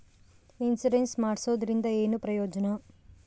Insurance ಮಾಡ್ಸೋದರಿಂದ ಏನು ಪ್ರಯೋಜನ?